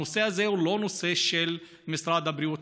הנושא הזה הוא לא נושא של משרד הבריאות